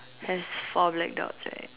has four black dots right